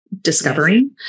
discovering